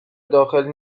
داخل